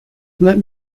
let